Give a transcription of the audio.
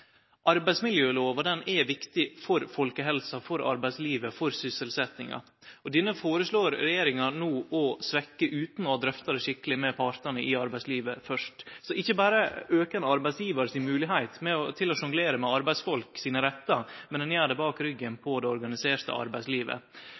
Arbeidsmiljølova er viktig for folkehelsa, for arbeidslivet og for sysselsetjinga. Denne føreslår regjeringa no å svekkje utan å ha drøfta det skikkeleg med partane i arbeidslivet først. Så ikkje berre aukar ein arbeidsgjevaren si moglegheit til å sjonglere med arbeidsfolk sine rettar, men ein gjer det bak ryggen